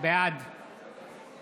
בעד